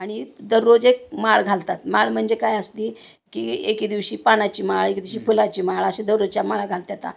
आणि दररोज एक माळ घालतात माळ म्हणजे काय असते की एके दिवशी पानाची माळ एके दिवशी फुलाची माळ अशी दररोजच्या माळ घालतात